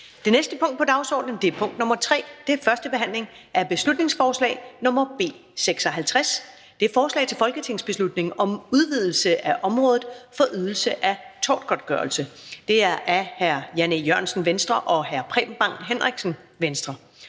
Det næste punkt på dagsordenen er: 3) 1. behandling af beslutningsforslag nr. B 56: Forslag til folketingsbeslutning om udvidelse af området for ydelse af tortgodtgørelse. Af Jan E. Jørgensen (V) og Preben Bang Henriksen (V).